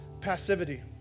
passivity